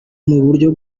muburyo